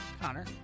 connor